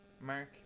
mark